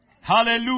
Hallelujah